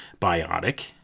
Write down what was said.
biotic